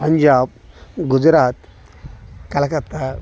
Punjab Gujarat Calcutta